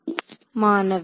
மாணவர் Refer Time 0215